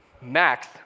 Max